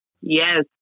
Yes